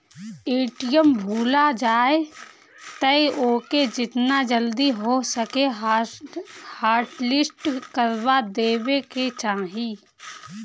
ATM भूला जाए तअ ओके जेतना जल्दी हो सके हॉटलिस्ट करवा देवे के चाही